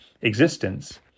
existence